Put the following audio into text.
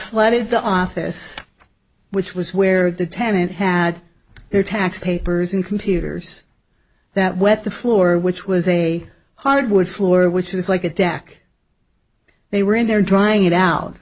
flooded the office which was where the tenant had their tax papers and computers that went the floor which was a hardwood floor which is like a dac they were in there trying it out